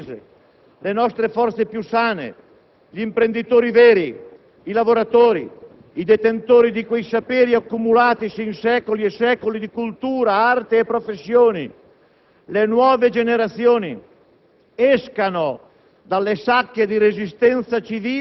I nostri cittadini che guardano al futuro di questo Paese, le nostre forze più sane, gli imprenditori veri, i lavoratori, i detentori di quei saperi accumulatisi in secoli e secoli di cultura, arte e professioni, le nuove generazioni,